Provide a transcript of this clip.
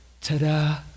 Ta-da